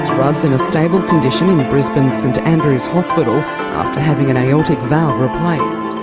rudd's in a stable condition in brisbane's st andrew's hospital, after having an aortic valve replaced.